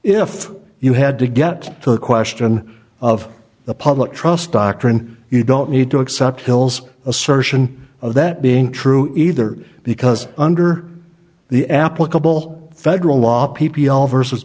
if you had to get to the question of the public trust doctrine you don't need to accept hill's assertion of that being true either because under the applicable federal law